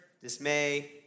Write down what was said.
dismay